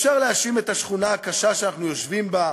אפשר להאשים את השכונה הקשה שאנחנו יושבים בה,